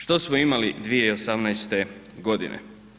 Što smo imali 2018. godine?